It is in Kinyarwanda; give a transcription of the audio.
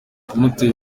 kumutera